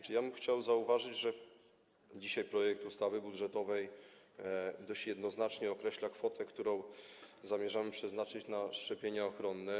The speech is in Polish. Chciałbym zauważyć, że dzisiaj projekt ustawy budżetowej dość jednoznacznie określa kwotę, którą zamierzamy przeznaczyć na szczepienia ochronne.